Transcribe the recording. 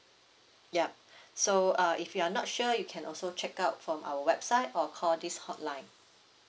yup so uh if you're not sure you can also check out from our website or call this hotline